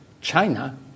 China